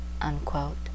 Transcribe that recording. UNQUOTE